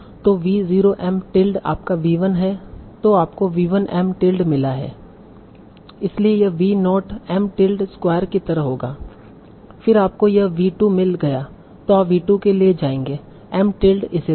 तो v 0 M tilde आपका v1 है तो आपको v 1 m टिल्ड मिला है इसलिए यह v naught M tilde square की तरह होगा फिर आपको यह v2 मिल गया तो आप v2 के लिए जायेंगे M टिल्ड इसी तरह